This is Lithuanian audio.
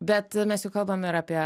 bet mes jau kalbam ir apie